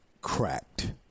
cracked